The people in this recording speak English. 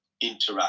interact